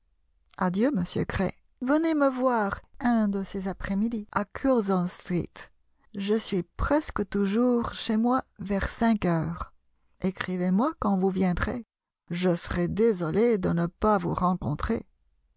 gray venez me voir un de ces après midi à gurzon street je suis presque toujours chez moi vers cinq heures ecrivez moi quand vous viendrez je serais désolé de ne pas vous rencontrer